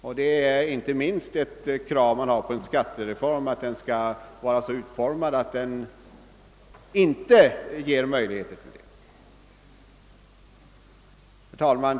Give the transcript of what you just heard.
Det sistnämnda är inte det minsta kravet på en skattereform, d.v.s. den skall vara så utformad att den inte ger möjligheter till skattefusk. Herr talman!